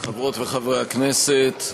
חברות וחברי הכנסת,